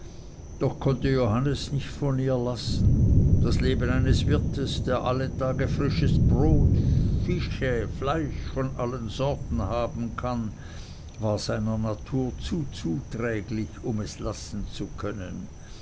doch konnte johannes nicht von ihr lassen das leben eines wirtes der alle tage frisches brot fische und fleisch von allen sorten haben kann war seiner natur zu zuträglich um es lassen zu können